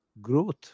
growth